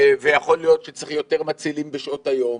ויכול להיות שצריך יותר מצילים בשעות היום,